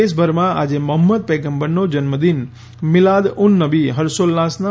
દેશભરમાં આજે મોહમ્મદ પયગંબરનો જન્મદિન મિલાદ ઉન નબી હર્ષોલ્લાસનાં